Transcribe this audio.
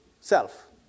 self